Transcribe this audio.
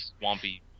swampy